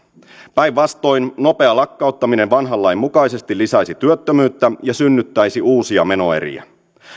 päinvastoin nopea lakkauttaminen vanhan lain mukaisesti lisäisi työttömyyttä ja synnyttäisi uusia menoeriä